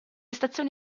stazioni